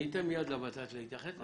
אני אתן מייד לות"ת להתייחס,